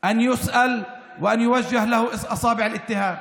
להישאל ולהפנות אליו את אצבעות האשמה.)